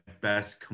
best